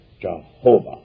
Jehovah